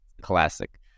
classic